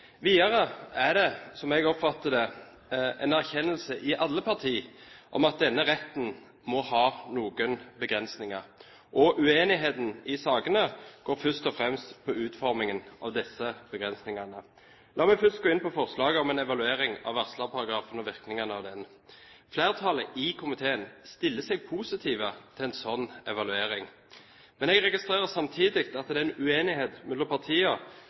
Videre er det, slik jeg oppfatter det, i alle partier en erkjennelse av at denne retten må ha noen begrensninger, og uenigheten i sakene går først og fremst på utformingen av disse begrensningene. La meg først gå inn på forslaget om en evaluering av varslerparagrafen og virkningene av den. Flertallet i komiteen stiller seg positiv til en slik evaluering. Men jeg registrerer samtidig at det er en uenighet mellom